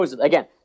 again